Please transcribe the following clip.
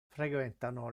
frequentano